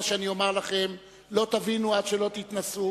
שאני אומר לכם לא תבינו עד שלא תתנסו.